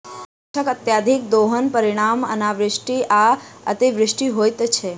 गाछकअत्यधिक दोहनक परिणाम अनावृष्टि आ अतिवृष्टि होइत छै